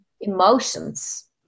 emotions